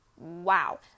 Wow